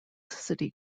city